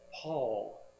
Paul